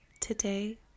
Today